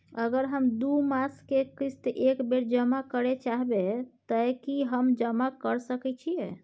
अगर हम दू मास के किस्त एक बेर जमा करे चाहबे तय की हम जमा कय सके छि?